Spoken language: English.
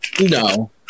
No